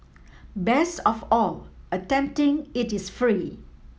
best of all attempting it is free